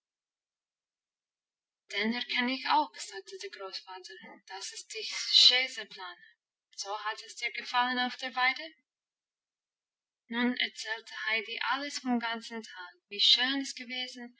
erkenn ich auch sagte der großvater das ist die schesaplana so hat es dir gefallen auf der weide nun erzählte heidi alles vom ganzen tage wie schön es gewesen